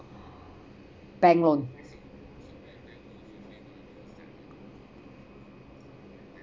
bank loan